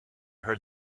heard